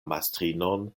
mastrinon